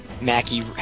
Mackie